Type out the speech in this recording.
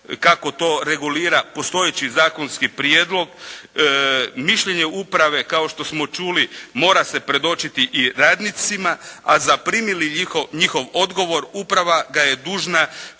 kako to regulira postojeći zakonski prijedlog. Mišljenje uprave kao što smo čuli mora se predočiti i radnicima a zaprimi li njihov odgovor uprava ga je dužna